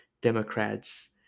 democrats